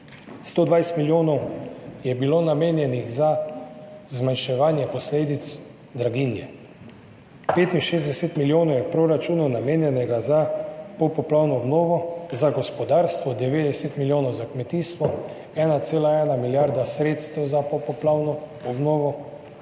120 milijonov je bilo namenjenih za zmanjševanje posledic draginje, 65 milijonov je v proračunu namenjenih za popoplavno obnovo, za gospodarstvo 90 milijonov, za kmetijstvo 1,1 milijarda sredstev za popoplavno obnovo.